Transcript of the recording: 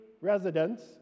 residents